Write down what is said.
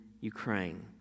Ukraine